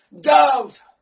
dove